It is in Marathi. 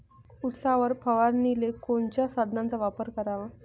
उसावर फवारनीले कोनच्या साधनाचा वापर कराव?